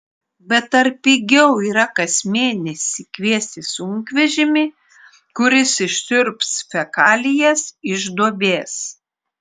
bet ar pigiau yra kas mėnesį kviestis sunkvežimį kuris išsiurbs fekalijas iš duobės